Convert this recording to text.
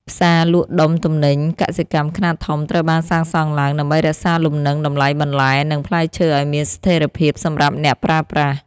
ផ្សារលក់ដុំទំនិញកសិកម្មខ្នាតធំត្រូវបានសាងសង់ឡើងដើម្បីរក្សាលំនឹងតម្លៃបន្លែ និងផ្លែឈើឱ្យមានស្ថិរភាពសម្រាប់អ្នកប្រើប្រាស់។